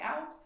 out